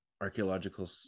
archaeological